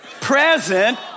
present